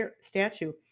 statue